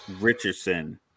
Richardson